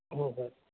ᱦᱮᱸ ᱦᱮᱸ